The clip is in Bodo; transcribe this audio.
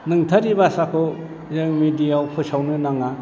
नंथारि भासाखौ जों मिडियायाव फोसावनो नाङा